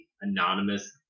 anonymous